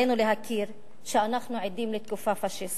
עלינו להכיר שאנחנו עדים לתקופה פאשיסטית,